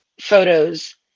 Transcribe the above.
photos